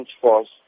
Force